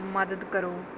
ਮਦਦ ਕਰੋ